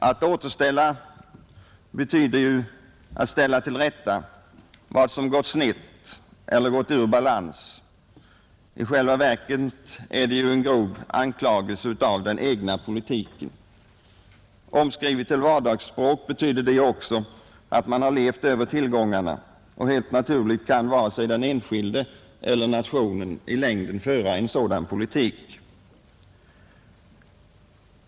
Att återställa betyder ju att ställa till rätta vad som gått snett eller kommit ur balans. I själva verket är detta alltså en grov anklagelse mot den egna politiken. Omskrivet till vardagsspråk betyder det att vi har levt över tillgångarna, och helt naturligt kan vare sig den enskilde eller nationen i längden föra en sådan politik.